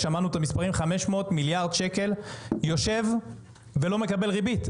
שמענו את המספרים 500 מיליארד שקלים יושבים ולא מקבלים ריבית.